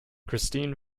christine